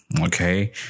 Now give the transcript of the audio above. Okay